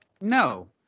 No